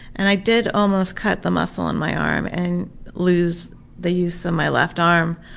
and i did almost cut the muscle in my arm and lose the use of my left arm,